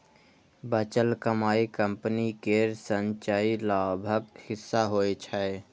बचल कमाइ कंपनी केर संचयी लाभक हिस्सा होइ छै